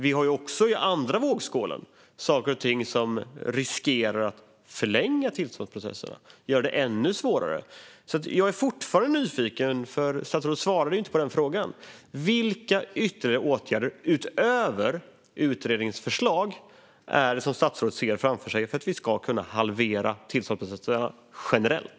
Vi har alltså i andra vågskålen saker och ting som riskerar att förlänga tillståndsprocesserna och göra det ännu svårare. Jag är fortfarande nyfiken. Statsrådet svarade ju inte på frågan: Vilka ytterligare åtgärder utöver utredningens förslag ser statsrådet framför sig för att vi ska kunna halvera tillståndsprocesserna generellt?